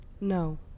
no